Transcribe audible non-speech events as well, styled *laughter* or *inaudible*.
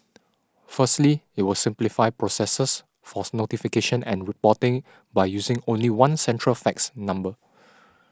firstly it will simplify processes for *noise* notification and reporting by using only one central fax number